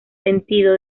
sentido